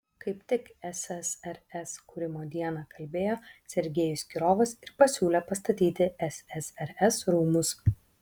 kaip tik ssrs kūrimo dieną kalbėjo sergejus kirovas ir pasiūlė pastatyti ssrs rūmus